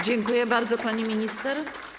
Dziękuję bardzo, pani minister.